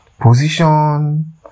position